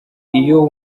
iyo